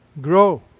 grow